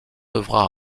devra